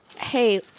Hey